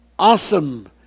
awesome